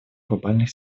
глобальных